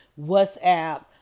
WhatsApp